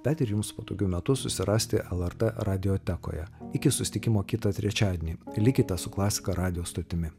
tad ir jums patogiu metu susirasti lrt radiotekoje iki susitikimo kitą trečiadienį likite su klasika radijo stotimi